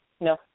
no